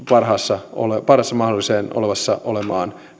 parhaaseen mahdolliseen olevassa olevaan